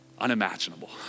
Unimaginable